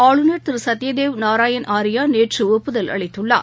ஆளுநர் திரு சத்யதேவ் நாரயன் ஆரியா நேற்று ஒப்புதல் அளித்துள்ளார்